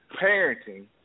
parenting